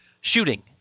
shooting